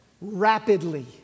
rapidly